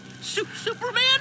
Superman